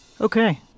Okay